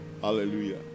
hallelujah